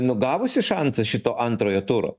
nu gavusi šansą šito antrojo turo